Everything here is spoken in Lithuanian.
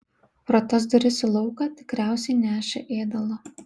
pro tas duris į lauką tikriausiai nešė ėdalą